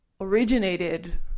originated